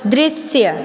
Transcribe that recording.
दृश्य